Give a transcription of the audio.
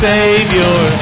Savior